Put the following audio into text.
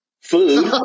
food